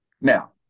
Now